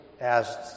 asked